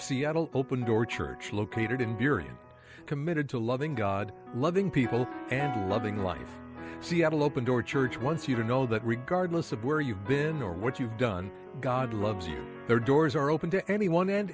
seattle open door church located in period committed to loving god loving people and loving life seattle open door church once you know that regardless of where you've been or what you've done god loves you there doors are open to anyone and